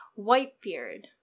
Whitebeard